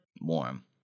Warm